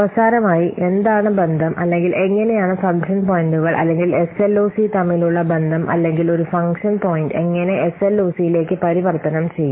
അവസാനമായി എന്താണ് ബന്ധം അല്ലെങ്കിൽ എങ്ങനെയാണ് ഫംഗ്ഷൻ പോയിന്റുകൾ അല്ലെങ്കിൽ SLOC തമ്മിലുള്ള ബന്ധം അല്ലെങ്കിൽ ഒരു ഫംഗ്ഷൻ പോയിന്റ് എങ്ങനെ SLOC ലേക്ക് പരിവർത്തനം ചെയ്യാം